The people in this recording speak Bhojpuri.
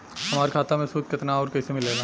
हमार खाता मे सूद केतना आउर कैसे मिलेला?